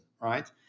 right